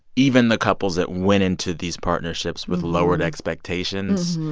even the couples that went into these partnerships with lowered expectations,